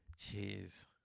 Jeez